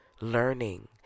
learning